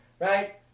Right